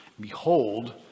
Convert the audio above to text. Behold